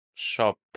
shop